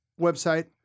website